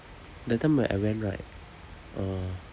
that time when I went right uh